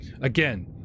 Again